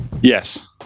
Yes